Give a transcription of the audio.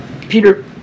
Peter